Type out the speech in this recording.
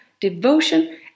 devotion